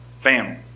family